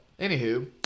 Anywho